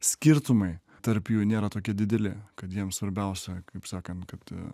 skirtumai tarp jų nėra tokie dideli kad jiem svarbiausia kaip sakant kad